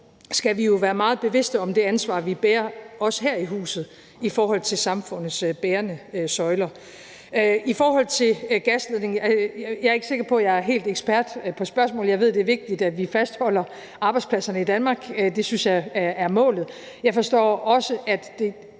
skal være meget bevidste om det ansvar, vi bærer, i forhold til samfundets bærende søjler. I forhold til gasledningen er jeg ikke helt sikker på, om jeg er ekspert på spørgsmålet. Jeg ved, det er vigtigt, at vi fastholder arbejdspladserne i Danmark, og det synes jeg er målet. Jeg forstår også, at man